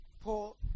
Paul